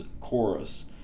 chorus